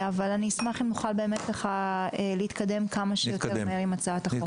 אני אשמח אם נוכל באמת להתקדם כמה שיותר מהר עם הצעת החוק.